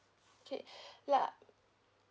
okay ya